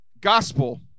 Gospel